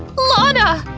lana!